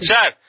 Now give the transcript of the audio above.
Sir